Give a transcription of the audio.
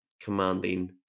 commanding